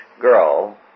girl